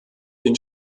den